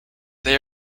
they